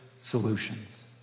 solutions